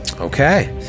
Okay